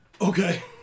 Okay